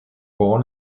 born